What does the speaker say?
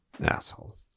Asshole